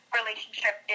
relationship